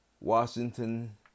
Washington